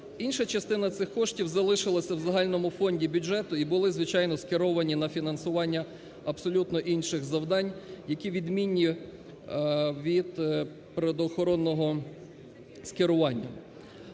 Інша частина цих коштів залишилася в загальному фонді бюджету, і були, звичайно, скеровані на фінансування абсолютно інших завдань, які відмінні від природоохоронного скерування.